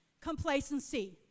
Complacency